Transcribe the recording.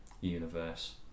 universe